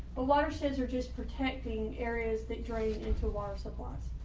but watersheds are just protecting areas that drain into water supplies.